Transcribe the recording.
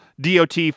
DOT